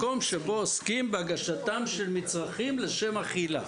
מקום שבו עוסקים בהגשתם של מצרכים לשם אכילה.